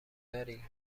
داری